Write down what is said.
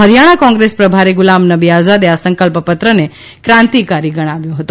હરિયાણા કોંગ્રેસ પ્રભારી ગુલામનબી આઝાદે આ સંકલ્પ પત્રને ક્રાંતિકારી ગણાવ્યો હતો